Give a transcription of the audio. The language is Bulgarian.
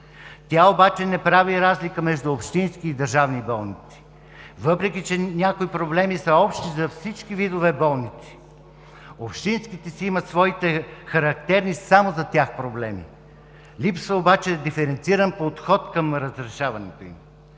Тя обаче не прави разлика между общински и държавни болници. Въпреки че някои проблеми са общи за всички видове болници, общинските си имат своите характерни само за тях проблеми. Липсва обаче диференциран подход към разрешаването им.